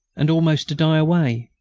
and almost to die away,